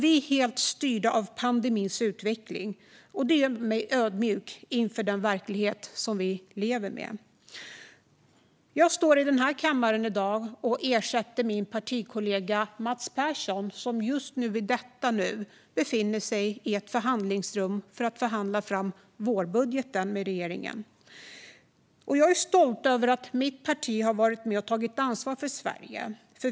Vi är helt styrda av pandemins utveckling. Det gör mig ödmjuk inför den verklighet vi lever i. Jag står här i kammaren i dag och ersätter min partikollega Mats Persson, som i detta nu förhandlar fram vårändringsbudgeten med regeringen. Jag är stolt över att mitt parti har varit med och tagit ansvar för Sverige.